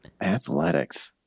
Athletics